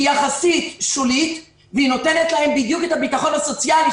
היא יחסית שולית והיא נותנת להם בדיוק את הביטחון הסוציאלי,